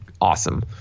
awesome